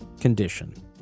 condition